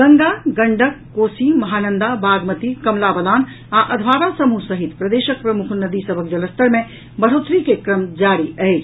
गंगा गंडक कोसी महानंदा बागमती कमला बलान आ अधवारा समूह सहित प्रदेशक प्रमुख नदी सभक जलस्तर मे बढ़ोतरी के क्रम जारी अछि